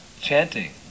chanting